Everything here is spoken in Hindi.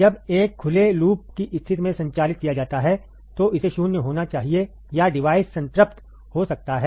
जब एक खुले लूप की स्थिति में संचालित किया जाता है तो इसे शून्य होना चाहिए या डिवाइस संतृप्त हो सकता है